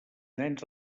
nens